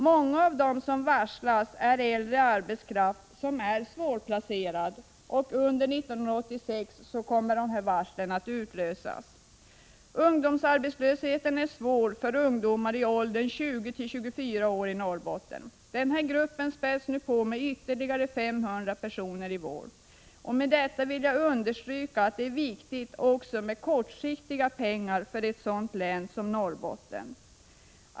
Många av dem som varslas är äldre personer som är svårplacerade. Under 1986 kommer dessa varsel att utlösas. Ungdomsarbetslösheten är svår för ungdomar i åldern 20-24 år i Norrbotten. Den gruppen späds i vår på med ytterligare 500 personer. Med detta vill jag understryka att det är viktigt också med pengar för kortsiktiga åtgärder för ett sådant län som Norrbotten.